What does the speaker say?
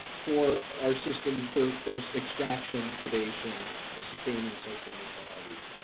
for our system, for for extraction predation sustaining social inequalities.